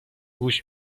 گوش